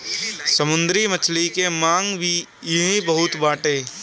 समुंदरी मछली के मांग भी इहां बहुते बाटे